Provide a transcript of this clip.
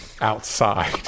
outside